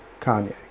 Kanye